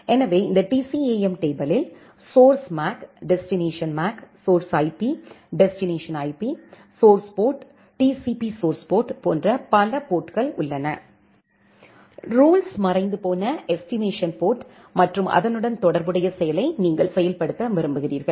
எனவே இந்த TCAM டேபிளில் source MAC destination MAC source IP destination IP source port TCP source port போன்ற பல போர்ட்கள் உள்ளன ரூல்ஸ் மறைந்துபோன எஸ்டிமேஷன் போர்ட் மற்றும் அதனுடன் தொடர்புடைய செயலை நீங்கள் செயல்படுத்த விரும்புகிறீர்கள்